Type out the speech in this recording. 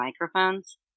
microphones